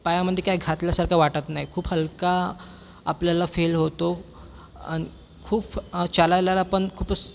पायामध्ये काय घातल्यासारखं वाटत नाही खूप हलका आपल्याला फील होतो आणि खूप चालायला पण खूपच